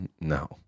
No